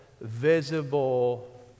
visible